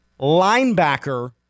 linebacker